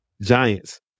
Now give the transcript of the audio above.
giants